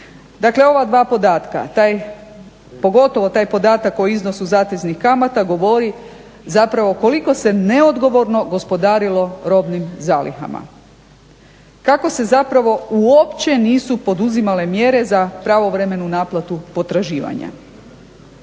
Dakle ova dva podatka pogotovo taj podatak o iznosu zateznih kamata govori koliko se neodgovorno gospodarilo robnim zalihama, kako se nisu uopće poduzimale mjere za pravovremenu naplatu potraživanja.